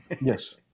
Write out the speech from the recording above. Yes